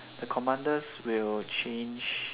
the commanders will change